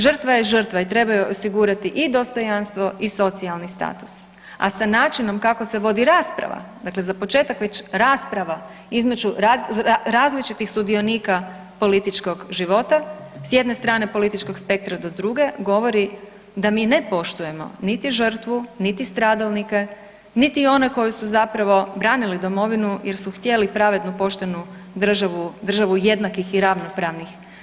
Žrtva je žrtva i treba joj osigurati i dostojanstvo i socijalni status, a sa načinom kako se vodi rasprava, dakle za početak već rasprava između različitih sudionika političkog života, s jedne strane političkog spektra do druge govori da mi ne poštujemo niti žrtvu, niti stradalnike, niti one koji su zapravo branili domovinu jer su htjeli pravednu i poštenu državu, državu jednakih i ravnopravnih.